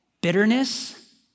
Bitterness